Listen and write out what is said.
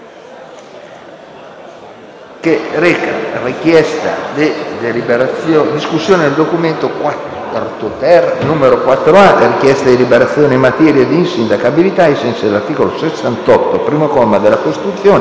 ***Richiesta di deliberazione in materia di insindacabilità ai sensi dell'articolo 68, primo comma, della Costituzione,